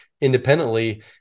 independently